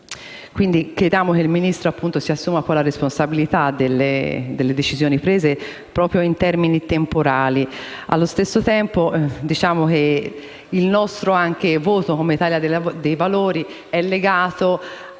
quindi, che il Ministro si assuma la responsabilità delle decisioni prese proprio in termini temporali. Allo stesso tempo, il nostro voto come Italia dei Valori è legato